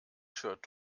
shirt